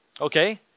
okay